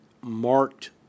marked